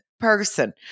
Person